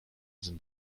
sind